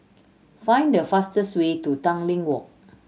find the fastest way to Tanglin Walk